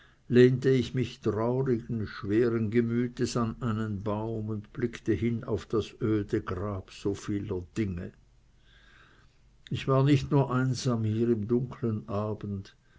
lehnte ich mich traurigen schweren gemütes an einen baum und blickte hin auf das öde grab so vieler dinge ich war nicht nur einsam hier im dunkeln abend